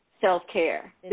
self-care